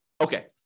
Okay